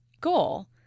goal